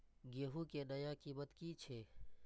गेहूं के नया कीमत की छे?